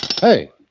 Hey